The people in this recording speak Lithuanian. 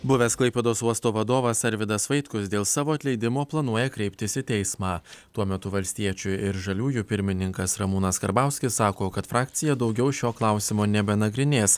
buvęs klaipėdos uosto vadovas arvydas vaitkus dėl savo atleidimo planuoja kreiptis į teismą tuo metu valstiečių ir žaliųjų pirmininkas ramūnas karbauskis sako kad frakcija daugiau šio klausimo nebenagrinės